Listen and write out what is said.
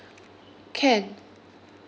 can